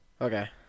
Okay